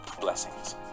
blessings